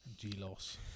G-loss